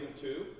two